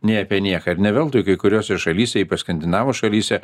nei apie nieką ir ne veltui kai kuriose šalyse ypač skandinavų šalyse